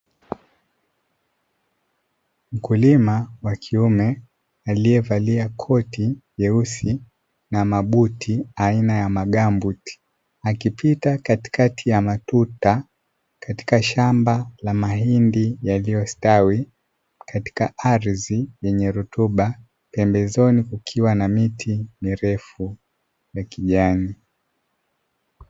Mkulimaa wa kiumee aliyevalia koti leusi na mabuti aina ya magambuti akipita katikati ya matuta katika shamba la mahindi, yaliyostawi katika ardhi yenye rutuba pembezoni kukiwa na miti mirefu ya kijani.